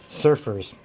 surfers